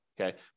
okay